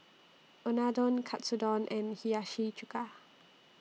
Unadon Katsudon and Hiyashi Chuka